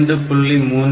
3 port 2